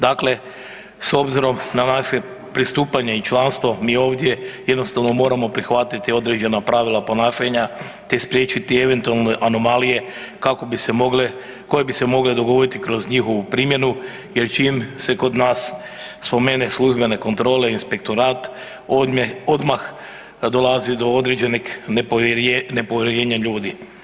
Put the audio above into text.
Dakle, s obzirom na naše pristupanje i članstvo, mi ovdje jednostavno moramo prihvatiti određena pravila ponašanja te spriječiti eventualne anomalije koje bi se mogle dogoditi kroz njihovu primjenu jer čime se kod nas spomene službene kontrole, inspektorat, odmah dolazi do određenih nepovjerenja ljudi.